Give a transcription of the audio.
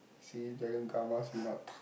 she